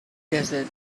desert